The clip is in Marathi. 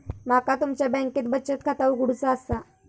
माका तुमच्या बँकेत बचत खाता उघडूचा असा?